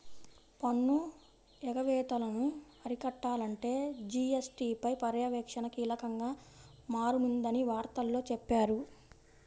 పన్ను ఎగవేతలను అరికట్టాలంటే జీ.ఎస్.టీ పై పర్యవేక్షణ కీలకంగా మారనుందని వార్తల్లో చెప్పారు